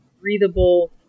breathable